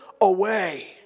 away